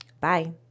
Bye